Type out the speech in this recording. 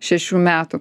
šešių metų